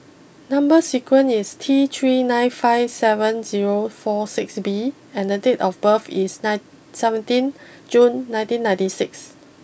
number sequence is T three nine five seven zero four six B and the date of birth is nine seventeen June nineteen ninety six